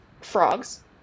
frogs